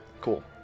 cool